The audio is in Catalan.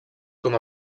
com